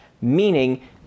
Meaning